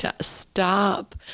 Stop